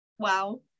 Wow